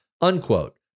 unquote